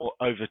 over